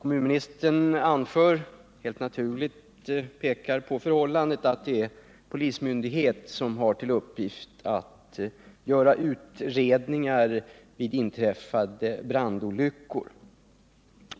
Helt naturligt pekar kommunministern på det förhållandet att det är vederbörande polismyndighet som har till uppgift att göra utredningar vid inträffade brandolyckor.